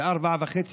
ב-04:30,